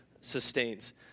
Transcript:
sustains